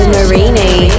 Marini